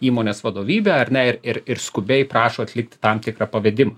įmonės vadovybe ar ne ir ir ir skubiai prašo atlikt tam tikrą pavedimą